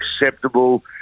acceptable